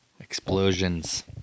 Explosions